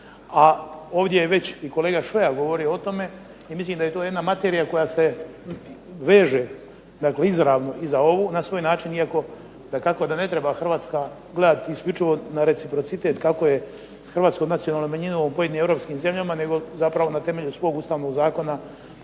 a ovdje je već i kolega Šoja govorio o tome i mislim da je to jedna materija koja se veže, dakle izravno i za ovu na svoj način iako dakako da ne treba Hrvatska gledati isključivo na reciprocitet kako je s hrvatskom nacionalnom manjinom u pojedinim europskim zemljama, nego zapravo na temelju svog Ustavnog zakona